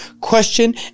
question